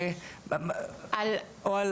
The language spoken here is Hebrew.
לא,